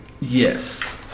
Yes